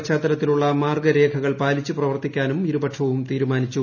പശ്ചാത്തലത്തിലുള്ള മാർഗരേഖകൾ പാലിച്ച് പ്രവർത്തിക്കാനും ഇരുപക്ഷവും തീരുമാനിച്ചു